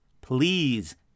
please